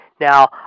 Now